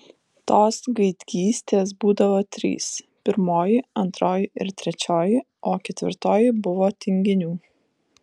tos gaidgystės būdavo trys pirmoji antroji ir trečioji o ketvirtoji buvo tinginių